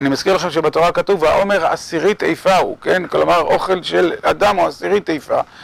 אני מזכיר לכם שבתורה כתוב, והעומר עשירית איפה הוא, כן? כלומר, אוכל של אדם הוא עשירית איפה.